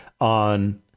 on